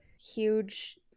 huge